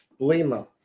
Blima